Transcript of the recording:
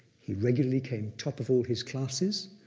he regularly came top of all his classes,